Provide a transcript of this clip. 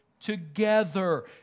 together